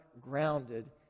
grounded